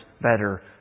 better